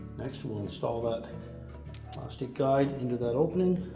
next, we'll install that plastic guide into that opening,